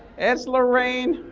it's laraine,